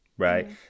right